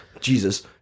Jesus